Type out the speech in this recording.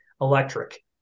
electric